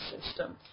system